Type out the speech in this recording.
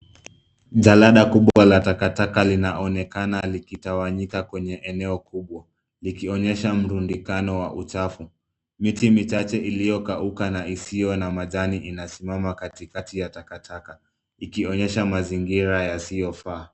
Jalada kubwa la takataka linaonekana likitawanyika kwenye eneo kubwa likionyesha mrudikano wa uchafusi miti michache iliokauka na hisio na matawi inasimama kati kati ya takataka ikionyesha mazingira yasiofaa.